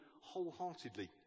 wholeheartedly